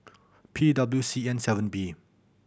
P W C N seven B